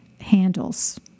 handles